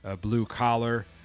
blue-collar